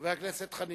חבר הכנסת חנין.